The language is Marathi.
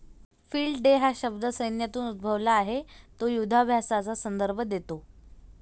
फील्ड डे हा शब्द सैन्यातून उद्भवला आहे तो युधाभ्यासाचा संदर्भ देतो